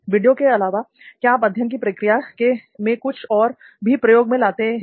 video के अलावा क्या आप अध्ययन की प्रक्रिया में कुछ और भी प्रयोग में लाते हैं